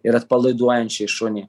ir atpalaiduojančiai šunį